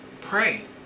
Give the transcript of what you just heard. Pray